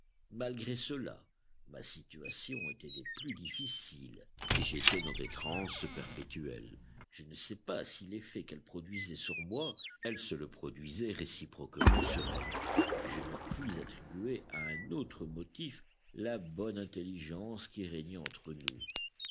malgré cela ma situation était des plus difficiles et j'étais dans des transes perpétuelles je ne sais pas si l'effet qu'elles produisaient sur moi elles se le produisaient réciproquement sur elles mais je ne puis attribuer à un autre motif la bonne intelligence qui régnait entre nous